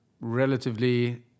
relatively